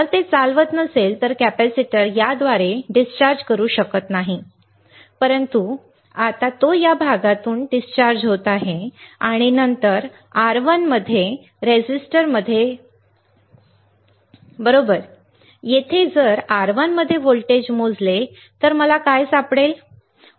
जर ते चालवत नसेल तर कॅपेसिटर याद्वारे डिस्चार्ज करू शकत नाही परंतु आता तो या भागातून डिस्चार्ज होत आहे आणि नंतर R1 मध्ये रेझिस्टरमध्ये बरोबर येथे मी जर R1 मध्ये व्होल्टेज मोजले तर मला काय सापडेल